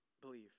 believe